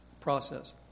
process